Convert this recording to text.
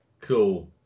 Cool